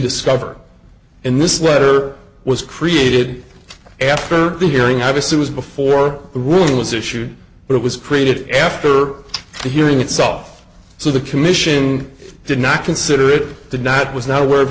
discovered in this letter was created after the hearing obviously was before the room was issued but it was created after the hearing itself so the commission did not consider it did not was not aware of